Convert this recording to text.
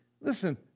Listen